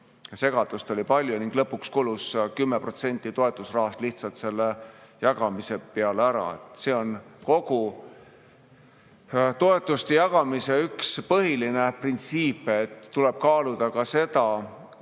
Segadust oli palju ning lõpuks kulus 10% toetusrahast lihtsalt selle ära jagamise peale. See on toetuste jagamise üks põhiline printsiip, et tuleb kaaluda ka seda,